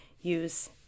use